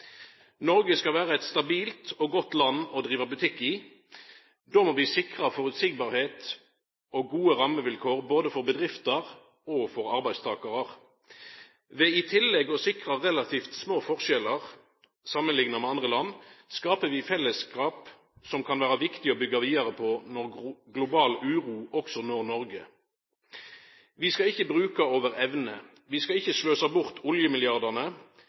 Noreg skal vera eit stabilt og godt land å driva butikk i. Då må vi sikra føreseielegheit og gode rammevilkår både for bedrifter og for arbeidstakarar. Ved i tillegg å sikra relativt små forskjellar samanlikna med andre land skaper vi fellesskap som kan vera viktig å byggja vidare på når global uro også når Noreg. Vi skal ikkje bruka over evne. Vi skal ikkje sløsa bort oljemilliardane.